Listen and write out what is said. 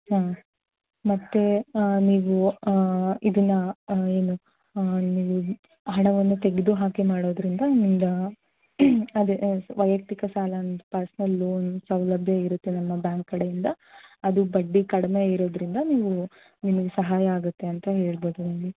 ಹಾಂ ಮತ್ತೆ ನೀವು ಇದನ್ನು ಏನು ನೀವು ಹಣವನ್ನು ತೆಗೆದು ಹಾಕಿ ಮಾಡೋದರಿಂದ ನಿಮ್ದು ಅದೇ ವೈಯುಕ್ತಿಕ ಸಾಲ ಪರ್ಸ್ನಲ್ ಲೋನ್ ಸೌಲಭ್ಯ ಇರುತ್ತೆ ನಮ್ಮ ಬ್ಯಾಂಕ್ ಕಡೆಯಿಂದ ಅದು ಬಡ್ಡಿ ಕಡಿಮೆ ಇರೋದರಿಂದ ನೀವು ನಿಮಗ್ ಸಹಾಯ ಆಗುತ್ತೆ ಅಂತ ಹೇಳ್ಬೋದು